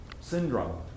syndrome